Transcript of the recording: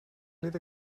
lite